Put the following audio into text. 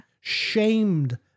Shamed